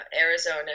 Arizona